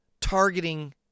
targeting